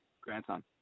grandson